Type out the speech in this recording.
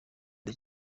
the